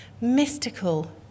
mystical